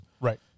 Right